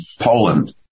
Poland